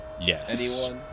Yes